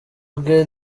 bwe